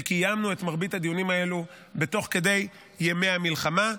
וקיימנו את מרבית הדיונים האלו תוך כדי ימי המלחמה.